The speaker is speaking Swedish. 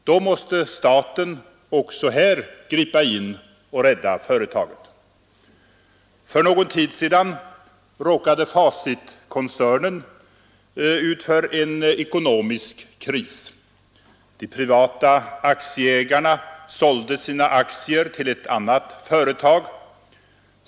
Då måste staten också här gripa in och rädda företaget. För någon tid sedan råkade Facitkoncernen i en ekonomisk kris. De privata aktieägarna sålde sina aktier till ett annat företag.